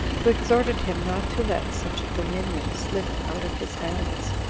who exhorted him not to let such a dominion slip out of his hands,